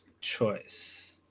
choice